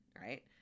right